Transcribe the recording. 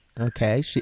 Okay